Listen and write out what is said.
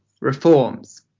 reforms